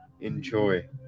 enjoy